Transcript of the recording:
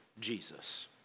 Jesus